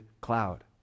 cloud